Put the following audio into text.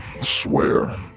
swear